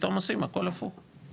פתאום עושים הכל הפוך.